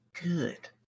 good